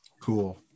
cool